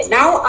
Now